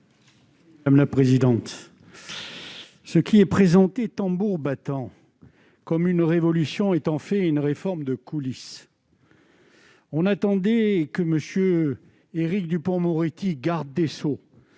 M. Henri Leroy. Ce qui est présenté tambour battant comme une révolution est en fait une réforme de coulisses. On attendait que M. Éric Dupond-Moretti garde des sceaux